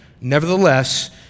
Nevertheless